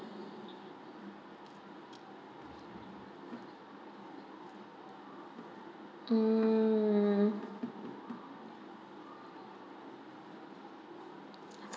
um